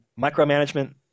micromanagement